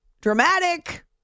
dramatic